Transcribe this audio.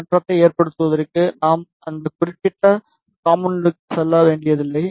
மாற்றத்தை ஏற்படுத்துவதற்கு நாம் அந்த குறிப்பிட்ட காம்போனென்ட்க்கு செல்ல வேண்டியதில்லை